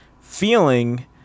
feeling